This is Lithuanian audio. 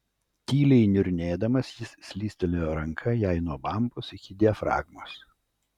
tyliai niurnėdamas jis slystelėjo ranka jai nuo bambos iki diafragmos